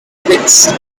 pits